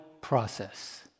process